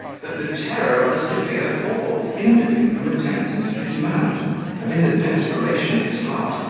that the terror of a severe fall hindered him from attempting to dismount and, in the desperation of his heart,